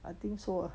I think so